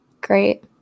great